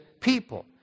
people